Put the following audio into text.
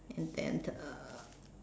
and then uh